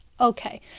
Okay